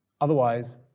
Otherwise